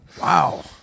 Wow